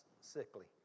sickly